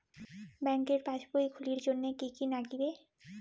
ব্যাঙ্কের পাসবই খুলির জন্যে কি কি নাগিবে?